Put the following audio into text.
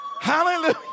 Hallelujah